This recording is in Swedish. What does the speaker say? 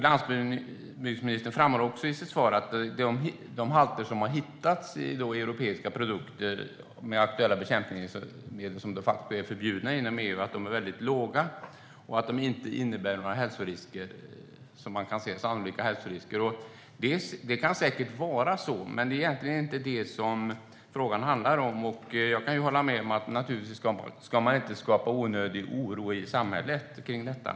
Landsbygdsministern framhåller också i sitt svar att de halter av bekämpningsmedel som har hittats i europeiska produktioner, och som de facto är förbjudna inom EU, är väldigt låga och inte innebär några sannolika hälsorisker. Visst, det kan säkert vara så. Men det är egentligen inte det som frågan handlar om. Jag kan hålla med om att man naturligtvis inte ska skapa onödig oro i samhället kring detta.